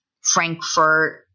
Frankfurt